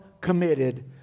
committed